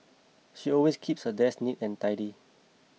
she always keeps her desk neat and tidy